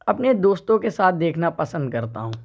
اپنے دوستوں کے ساتھ دیکھنا پسند کرتا ہوں